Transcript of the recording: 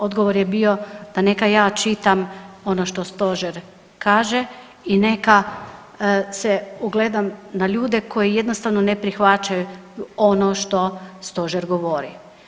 Odgovor je bio da neka ja čitam ono što stožer kaže i neka se ogledam na ljude koji jednostavno ne prihvaćaju ono što stožer govori.